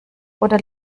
oder